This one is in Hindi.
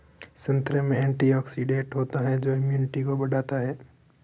संतरे में एंटीऑक्सीडेंट होता है जो इम्यूनिटी को बढ़ाता है